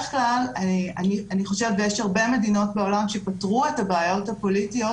יש הרבה מדינות בעולם שפתרו את הבעיות הפוליטיות